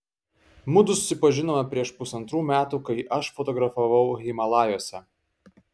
mudu susipažinome prieš pusantrų metų kai aš fotografavau himalajuose